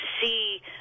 see